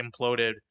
imploded